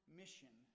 mission